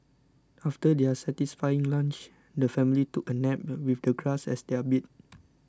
after their satisfying lunch the family took a nap with the grass as their bed